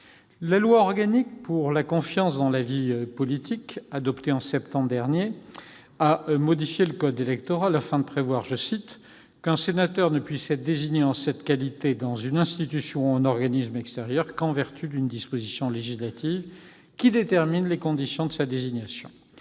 La loi organique pour la confiance dans la vie politique, adoptée en septembre dernier, a modifié le code électoral afin de prévoir qu'un sénateur ne puisse « être désigné en cette qualité dans une institution ou un organisme extérieur qu'en vertu d'une disposition législative qui détermine les conditions de sa désignation ».